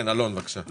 אלון, בבקשה.